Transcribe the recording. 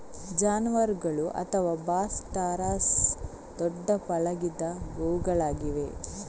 ಜಾನುವಾರುಗಳು ಅಥವಾ Bos taurus ದೊಡ್ಡ ಪಳಗಿದ ಗೋವುಗಳಾಗಿವೆ